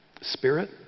Spirit